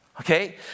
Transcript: okay